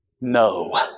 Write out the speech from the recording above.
No